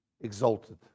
exalted